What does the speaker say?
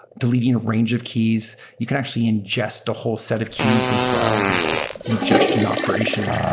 deleting a range of keys. you can actually ingest a whole set of keys as well. there's this ingestion operation.